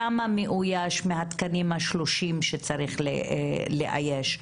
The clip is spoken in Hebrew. כמה מאויש מ-30 התקנים שצריך לאייש?